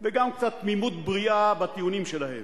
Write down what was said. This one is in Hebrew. ויש גם קצת תמימות בריאה בטיעונים שלהם.